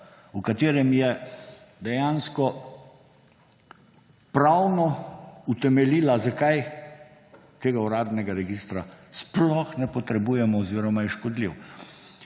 v katerem je dejansko pravno utemeljila, zakaj tega uradnega registra sploh ne potrebujemo oziroma je škodljiv.